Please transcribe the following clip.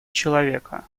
человека